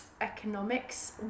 economics